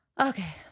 Okay